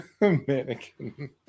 Mannequin